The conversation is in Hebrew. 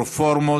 רפורמות,